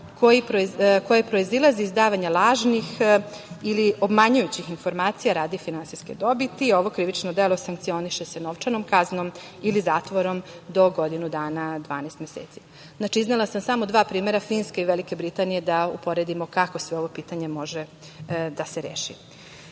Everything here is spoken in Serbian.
koje proizilaze iz izdavanja lažnih ili obmanjujućih informacija radi finansijske dobiti. Ovo krivično delo sankcioniše se novčanom kaznom ili zatvorom do godinu dana, 12 meseci. Iznela sam samo dva primera, Finske i Velike Britanije, da uporedimo kako ovo pitanje može da se